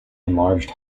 enlarged